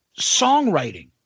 songwriting